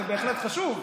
זה בהחלט חשוב.